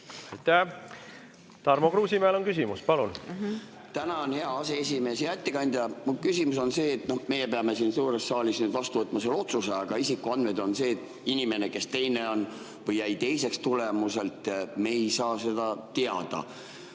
Tarmo Kruusimäel on küsimus. Palun!